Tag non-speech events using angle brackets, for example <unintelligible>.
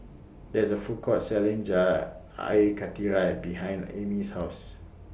There IS A Food Court Selling <unintelligible> Air Karthira behind Amey's House